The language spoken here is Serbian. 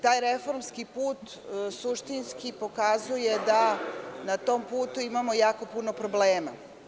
Taj reformski put suštinski pokazuje da na tom putu imamo jako puno problema.